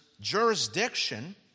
jurisdiction